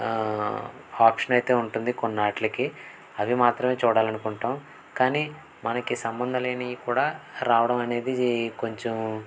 option అయితే ఉంటుంది కొన్నింటికి అవి మాత్రమే చూడాలనుకుంటాం కానీ మనకి సంబంధం లేనివి కూడా రావడం అనేది కొంచెం